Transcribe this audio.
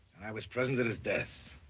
i was present at his death.